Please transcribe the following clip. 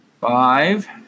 five